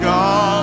God